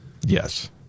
Yes